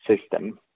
system